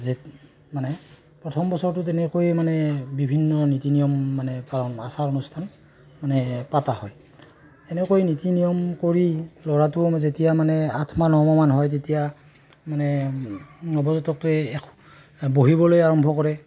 যে মানে প্ৰথম বছৰটো তেনেকৈয়ে মানে বিভিন্ন নীতি নিয়ম মানে পালন আচাৰ অনুষ্ঠান মানে পতা হয় এনেকৈ নীতি নিয়ম কৰি ল'ৰাটো যেতিয়া মানে আঠমাহ নমাহ হয় তেতিয়া মানে নৱজাতকটোৱে বহিবলৈ আৰম্ভ কৰে